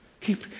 Keep